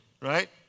Right